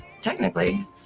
technically